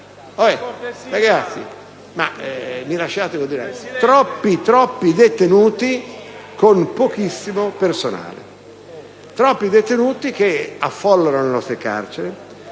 Troppi detenuti con pochissimo personale, che affollano le nostre carceri